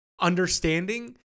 understanding